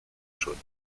chaude